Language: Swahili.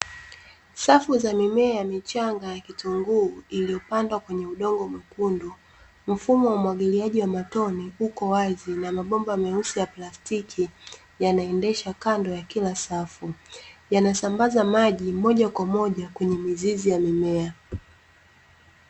Safu za mimea ya michanga ya kitunguu iliyopandwa kwenye udongo mwekundu, mfumo wa umwagiliaji wa matone huko wazi, na mabomba meusi ya plastiki yanaendesha kando ya kila safu, yanasambaza maji moja kwa moja kwenye mizizi ya mimea.